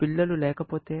పిల్లలు లేకపోతే